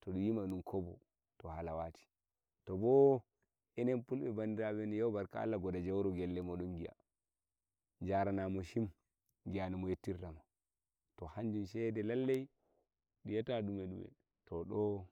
to dun yima dun kobo to hala wati to bo enen fulbe bandirabe lede godi jauro gellemodon giya jaranamo shim giya nomo yettirta hanjum shede lallai dunyi ata dun wela.